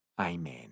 Amen